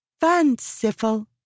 Fanciful